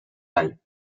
type